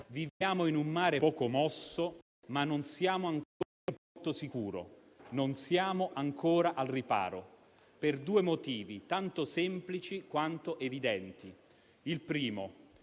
Viviamo in un mare poco mosso, ma non siamo ancora in un porto sicuro. Non siamo ancora al riparo, per due motivi, tanto semplici quanto evidenti. Il primo